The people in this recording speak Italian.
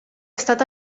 stata